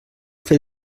fer